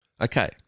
Okay